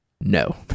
no